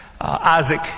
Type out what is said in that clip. Isaac